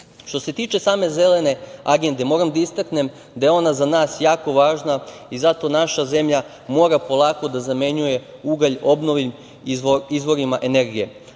se tiče same Zelene agende, moram da istaknem da je ona za nas jako važna i zato naša zemlja mora polako da zamenjuje ugalj obnovljivim izvorima energije,